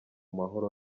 mahoro